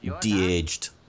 de-aged